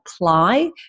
apply